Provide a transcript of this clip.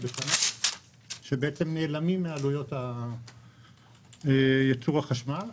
בשנה שבעצם נעלמים מעלויות ייצור החשמל.